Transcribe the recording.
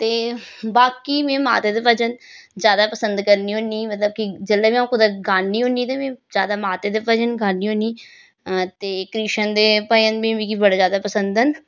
ते बाकी में माता दे भजन ज्यादा पसंद करनी होन्नी मतलब कि जेल्लै में अ'ऊं कुदै गानी होन्नी ते में ज्यादा माता दे भजन गानी होन्नी ते कृष्ण दे भजन बी मिगी बड़े ज्यादा पसंद न